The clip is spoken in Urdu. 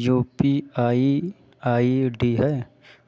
you P I I D ہے